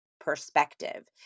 perspective